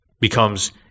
becomes